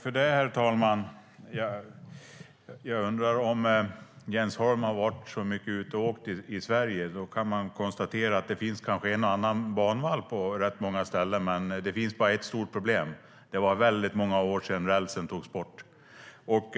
Herr talman! Jag undrar om Jens Holm har varit så mycket ute och åkt i Sverige. Man kan konstatera att det kanske finns en och annan banvall på rätt många ställen, men också ett stort problem: Det var väldigt många år sedan rälsen togs bort.